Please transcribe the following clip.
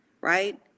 right